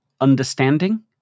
understanding